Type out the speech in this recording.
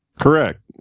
Correct